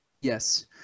Yes